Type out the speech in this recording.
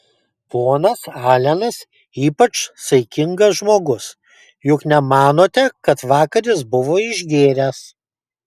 ponas alenas ypač saikingas žmogus juk nemanote kad vakar jis buvo išgėręs